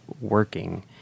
working